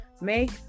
Make